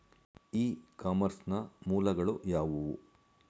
E commerce ನ ಮೂಲಗಳು ಯಾವುವು?